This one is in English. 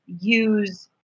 use